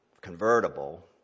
convertible